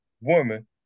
woman